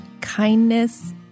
kindness